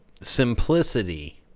Simplicity